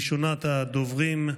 ראשונת הדוברים,